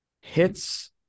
hits